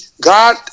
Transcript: God